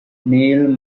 neil